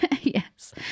Yes